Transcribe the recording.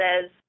says